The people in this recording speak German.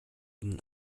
ihnen